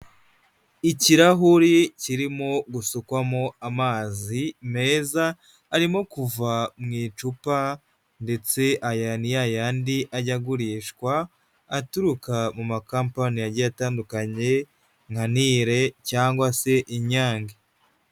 Ikirahuri kirimo gusukwamo amazi meza arimo kuva mu icupa ndetse aya ni yayandi ajya agurishwa, aturuka mu makampani agiye atandukanye nka Nire cyangwa se Inyange.